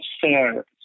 fair